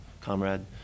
comrade